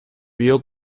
vio